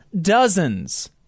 dozens